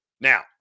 Now